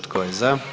Tko je za?